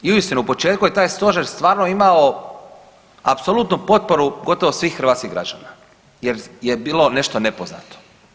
I uistinu u početku je taj stožer stvarno imao apsolutnu potporu gotovo svih hrvatskih građana jer je bilo nešto nepoznato.